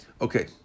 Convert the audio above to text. Okay